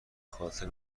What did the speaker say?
خاطر